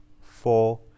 four